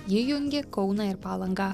ji jungia kauną ir palangą